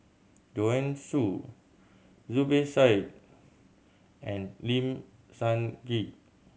Joanne Soo Zubir Said and Lim Sun Gee